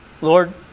Lord